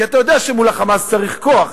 כי אתה יודע שמול ה"חמאס" צריך כוח,